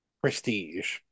prestige